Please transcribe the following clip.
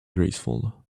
graceful